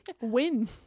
Win